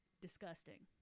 disgusting